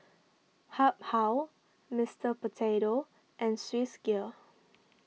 Habhal Mister Potato and Swissgear